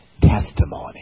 testimony